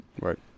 right